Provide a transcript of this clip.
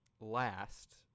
last